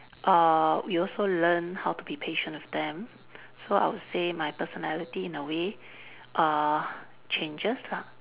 err we also learn how to be patient of them so I would say my personality in a way err changes lah